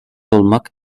olmak